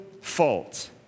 fault